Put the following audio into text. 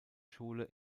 schule